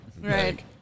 Right